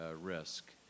risk